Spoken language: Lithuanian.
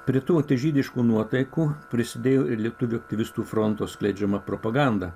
prie tų antižydiškų nuotaikų prisidėjo ir lietuvių aktyvistų fronto skleidžiama propaganda